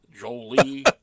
Jolie